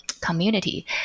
community